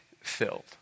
filled